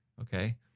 okay